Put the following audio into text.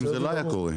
זה לא היה קורה.